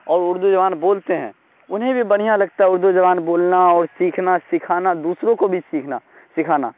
اور اردو زبان بولتے ہیں انہیں بھی بڑھیا لگتا ہے اردو زبان بولنا اور سیکھنا سکھانا دوسروں کو بھی سیکھنا سکھانا